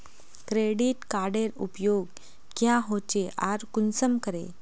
Credit कार्डेर उपयोग क्याँ होचे आर कुंसम करे?